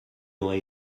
aurait